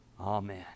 amen